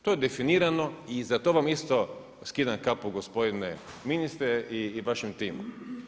To je definirano i za to vam isto skidam kapu gospodine ministre i vašem timu.